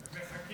ואני עוד